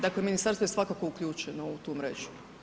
Dakle ministarstvo je svakako uključenu u tu mrežu.